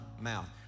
mouth